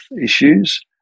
issues